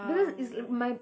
because it's my